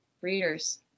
readers